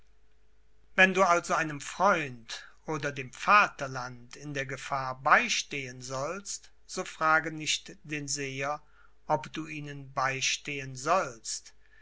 wenn du also einem freund oder dem vaterland in der gefahr beistehen sollst so frage nicht den seher ob du ihnen beistehen sollst